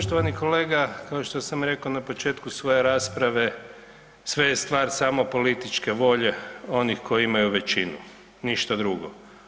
Pa poštovani kolega kao što sam rekao na početku svoje rasprave sve je stvar samo političke volje onih koji imaju većinu, ništa drugo.